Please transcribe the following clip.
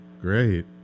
Great